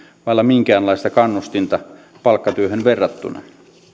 vailla minkäänlaista kannustinta palkkatyöhön verrattuna